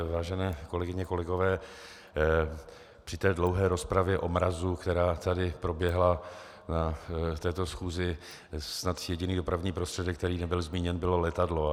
Vážené kolegyně, kolegové, při té dlouhé rozpravě o mrazu, která tady proběhla na této schůzi, snad jediný dopravní prostředek, který nebyl zmíněn, bylo letadlo.